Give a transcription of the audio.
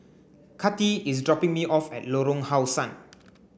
Kati is dropping me off at Lorong How Sun